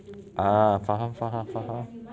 ah faham faham faham